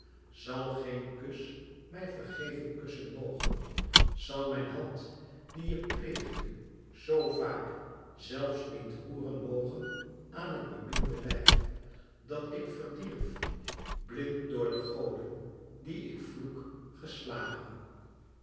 zal geén kus mij vergeving kussen mogen zal mijn hand die je pleegde zoo vaak zelfs niet roeren mogen aan het beminde lijf dat ik verdierf blind door de goden die ik vloèk geslagen